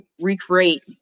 recreate